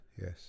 yes